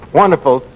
wonderful